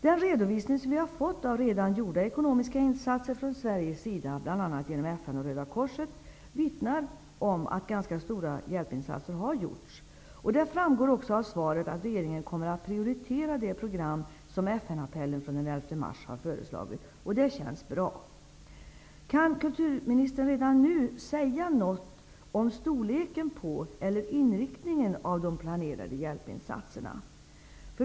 Den redovisning vi har fått av redan gjorda ekonomiska insatser från Sveriges sida, bl.a. genom FN och Röda korset, vittnar om att ganska stora hjälpinsatser har gjorts. Det framgår också av svaret att regeringen kommer att prioritera det program som har föreslagits i FN-appellen från den 11 mars. Det känns bra. Kan kulturministern redan nu säga något om storleken på eller inriktningen av de planerade hjälpinsatserna?